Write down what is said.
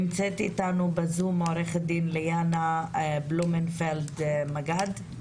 נמצאת איתנו בזום עו"ד ליאנה בלומנפלד מגד.